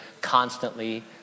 constantly